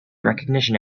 recognition